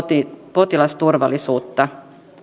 potilasturvallisuuttakin